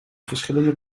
verschillende